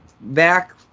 back